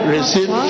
Receive